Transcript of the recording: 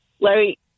Larry